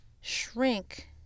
shrink